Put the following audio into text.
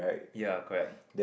ya correct